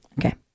Okay